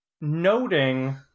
noting